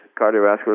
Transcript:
cardiovascular